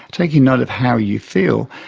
taking note of how you feel,